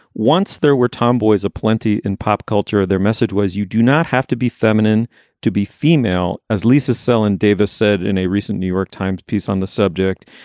once there were tomboys aplenty in pop culture, their message was, you do not have to be feminine to be female. as lisa celan davis said in a recent new york times piece on the subject,